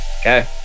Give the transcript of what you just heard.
Okay